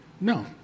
no